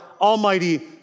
almighty